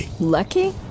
Lucky